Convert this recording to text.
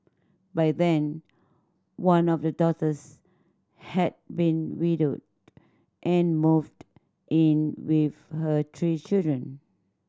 by then one of the daughters had been widowed and moved in with her three children